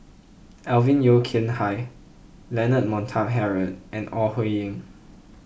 Alvin Yeo Khirn Hai Leonard Montague Harrod and Ore Huiying